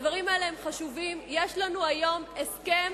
הדברים האלה חשובים, יש לנו היום הסכם